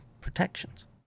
protections